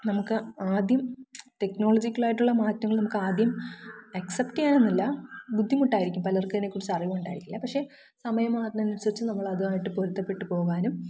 നമുക്ക് ആദ്യം ടെക്നോളജിയ്ക്കൽ ആയിട്ടുള്ള മാറ്റങ്ങൾ നമുക്കാദ്യം അക്സപ്റ്റ് ചെയ്യാനൊന്നല്ല ബുദ്ധിമുട്ടായിരിയ്ക്കും പലർക്കും അതിനേ ക്കുറിച്ച് അറിവുണ്ടാകില്ല പക്ഷേ സമയം മാറുന്നതിനനുസരിച്ച് നമ്മൾ അതുമായിട്ട് പൊരുത്തപ്പെട്ടു പോകാനും